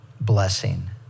blessing